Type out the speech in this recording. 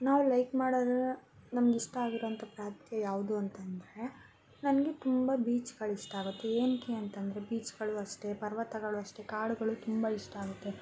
ನಾವು ಲೈಕ್ ಮಾಡೋದು ನಮ್ಗಿಷ್ಟ ಆಗಿರೋಂಥ ಪ್ರಾಂತ್ಯ ಯಾವುದು ಅಂತಂದರೆ ನನಗೆ ತುಂಬ ಬೀಚ್ಗಳಿಷ್ಟ ಆಗತ್ತೆ ಏನಕ್ಕೆ ಅಂತಂದರೆ ಬೀಚ್ಗಳು ಅಷ್ಟೇ ಪರ್ವತಗಳು ಅಷ್ಟೇ ಕಾಡುಗಳು ತುಂಬ ಇಷ್ಟ ಆಗುತ್ತೆ